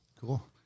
cool